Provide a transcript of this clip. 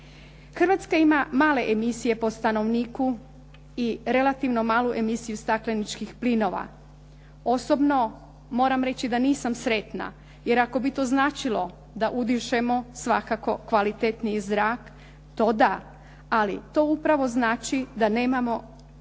Hrvatska ima male emisije po stanovniku i relativno malu emisiju stakleničkih plinova. Osobno moram reći da nisam sretna, jer ako bi to značilo da udišemo svakako kvalitetniji zrak to da. Ali to upravo znači da nemamo gospodarske